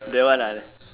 that one ah there